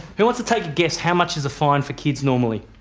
who wants to take a guess, how much is a fine for kids normally?